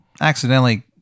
accidentally